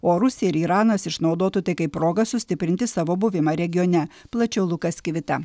o rusija ir iranas išnaudotų tai kaip progą sustiprinti savo buvimą regione plačiau lukas kivita